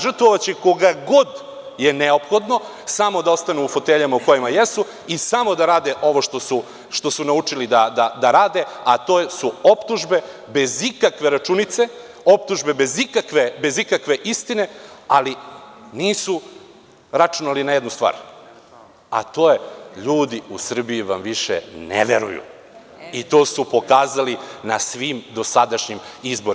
Žrtvovaće koga god je neophodno samo da ostanu u foteljama u kojima jesu i samo da rade ovo što su naučili da rade, a to su optužbe bez ikakve računice, optužbe bez ikakve istine, ali nisu računali na jednu stvar, a to je ljudi u Srbiji vam više ne veruju i to su pokazali na svim dosadašnjim izborima.